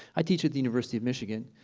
i teach at the university of michigan,